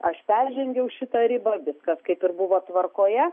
aš peržengiau šitą ribą viskas kaip ir buvo tvarkoje